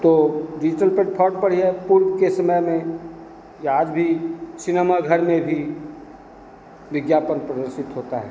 तो digital platform पर ही है पूर्व के समय में या आज भी सिनेमा घर में भी विज्ञापन प्रदर्शित होता है